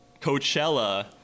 Coachella